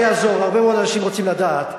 הרבה מאוד אנשים רוצים לדעת,